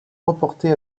reportés